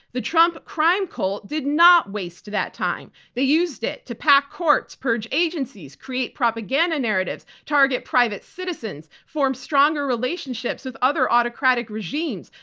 the trump crime cult did not waste that time. they used it to pack courts, purge agencies, create propaganda narratives, target private citizens, form stronger relationships with other autocratic regimes,